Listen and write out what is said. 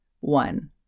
One